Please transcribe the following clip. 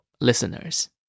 listeners